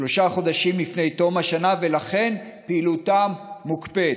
שלושה חודשים לפני תום השנה, ולכן פעילותם מוקפאת.